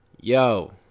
Yo